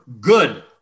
good